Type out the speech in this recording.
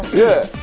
yes.